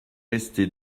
resté